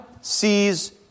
sees